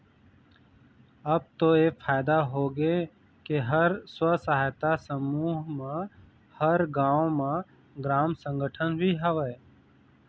अब तो ऐ फायदा होगे के हर स्व सहायता समूह म हर गाँव म ग्राम संगठन भी हवय